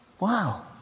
Wow